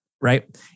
right